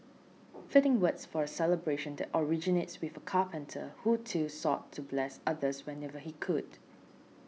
fitting words for a celebration that originates with a carpenter who too sought to bless others whenever he could